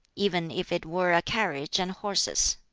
even if it were a carriage and horses.